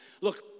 Look